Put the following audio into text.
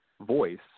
voice